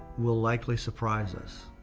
will likely surprise us.